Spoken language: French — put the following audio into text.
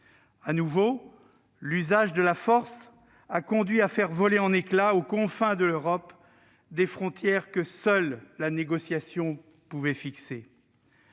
De nouveau, l'usage de la force a conduit à faire voler en éclats, aux confins de l'Europe, des frontières que seule la négociation pouvait fixer.